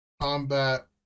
combat